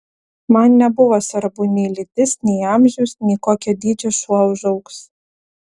man nebuvo svarbu nei lytis nei amžius nei kokio dydžio šuo užaugs